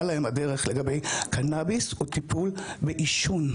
להם הדרך לגבי קנביס או טיפול בעישון.